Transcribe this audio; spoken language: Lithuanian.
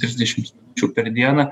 trisdešims minučių per dieną